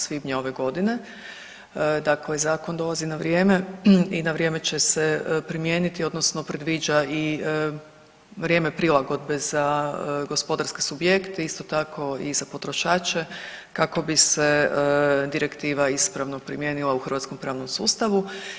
Svibnja ove godine, dakle Zakon dolazi na vrijeme i na vrijeme će se primijeniti odnosno predviđa i vrijeme prilagodbe za gospodarske subjekte, isto tako i za potrošače kako bi se Direktiva ispravno primijenila u hrvatskom pravnom sustavu.